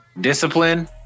discipline